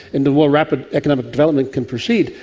and the more rapid economic development can proceed,